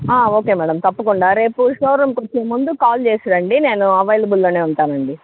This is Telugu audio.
ఓకే మేడం తప్పకుండా రేపు షోరూమ్కి వచ్చే ముందు కాల్ చేసి రండి నేను అవైలబుల్లోనే ఉంటానండి